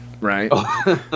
Right